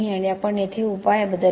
आणि आपण येथे उपाय बदलले